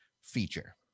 feature